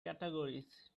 categories